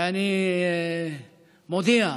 ואני מודיע: